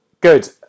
good